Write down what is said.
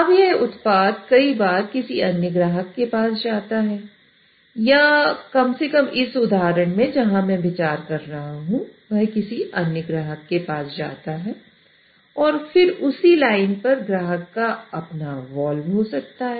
अब यह उत्पाद कई बार किसी अन्य ग्राहक के पास जाता है या कम से कम इस उदाहरण में जहां मैं विचार कर रहा हूं वह किसी अन्य ग्राहक के पास जाता है और फिर उसी लाइन पर ग्राहक का अपना वाल्व हो सकता है